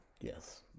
Yes